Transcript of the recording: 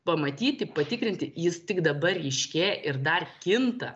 pamatyti patikrinti jis tik dabar ryškėja ir dar kinta